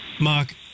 Mark